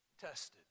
tested